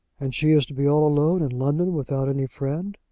and she is to be all alone in london, without any friend?